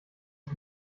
sie